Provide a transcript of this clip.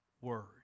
Word